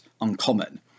uncommon